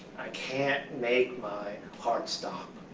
i can't make my heart stop.